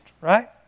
right